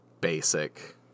basic